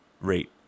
rate